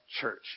church